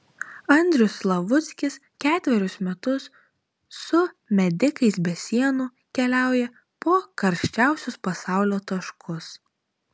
andrius slavuckis ketverius metus su medikais be sienų keliauja po karščiausius pasaulio taškus